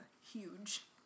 huge